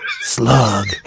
Slug